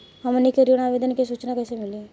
हमनी के ऋण आवेदन के सूचना कैसे मिली?